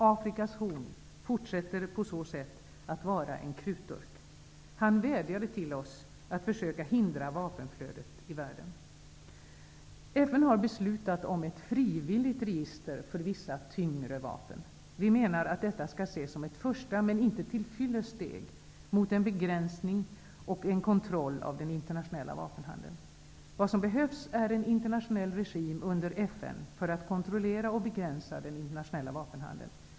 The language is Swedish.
Afrikas Horn fortsätter på så sätt att vara en krutdurk. Han vädjade till oss att försöka hindra vapenflödet i världen. FN har beslutat om ett frivilligt register för vissa tyngre vapen. Vi menar att detta skall ses som ett första, men inte till fyllest, steg mot en begränsning och kontroll av den internationella vapenhandeln. Vad som behövs är en internationell regim, under FN, för att kontrollera och begränsa den internationella vapenhandeln.